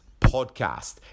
podcast